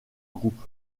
groupe